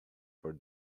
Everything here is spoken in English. for